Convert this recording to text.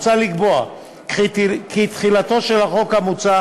כך נוצר